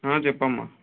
ఆ చెప్పమ్మ